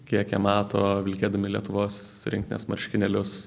kiek jie mato vilkėdami lietuvos rinktinės marškinėlius